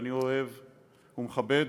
שאני אוהב ומכבד,